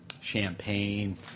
champagne